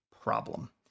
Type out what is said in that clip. problem